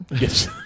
Yes